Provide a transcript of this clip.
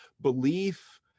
belief